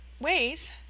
ways